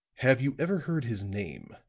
have you ever heard his name?